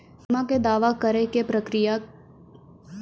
बीमा के दावा करे के प्रक्रिया का हाव हई?